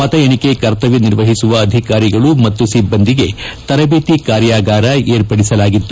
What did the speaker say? ಮತ ಏಣಿಕೆ ಕರ್ತವ್ಯ ನಿರ್ವಹಿಸುವ ಅಧಿಕಾರಿಗಳು ಮತ್ತು ಸಿಬ್ಲಂದಿಗೆ ತರಬೇತಿ ಕಾರ್ಯಾಗಾರ ಏರ್ಪಡಿಸಲಾಗಿತ್ತು